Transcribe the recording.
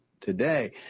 today